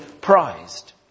prized